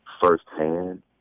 firsthand